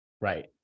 Right